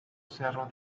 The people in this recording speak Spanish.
cerro